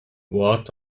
what